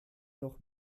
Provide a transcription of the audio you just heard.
noch